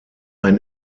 ein